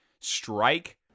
strike